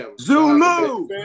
Zulu